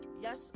yes